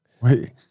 Wait